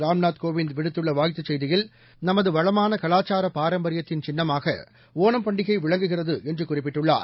ராம்நாத் கோவிந்த் விடுத்துள்ள வாழ்த்துச் செய்தியில் நமது வளமான கலாச்சார பாரம்பரியத்தின் சின்னமாக ஒணம் பண்டிகை விளங்குகிறது என்று குறிப்பிட்டுள்ளார்